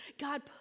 God